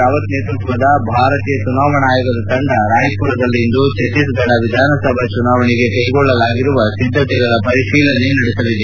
ರಾವತ್ ನೇತೃತ್ವದ ಭಾರತೀಯ ಚುನಾವಣಾ ಆಯೋಗದ ತಂಡ ರಾಯ್ಪುರದಲ್ಲಿಂದು ಛತ್ತೀಸ್ಗಢ ವಿಧಾನಸಭಾ ಚುನಾವಣೆಗೆ ಕೈಗೊಳ್ಳಲಾಗಿರುವ ಸಿದ್ಧತೆಗಳ ಪರಿಶೀಲನೆ ನಡೆಸಲಿದೆ